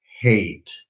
hate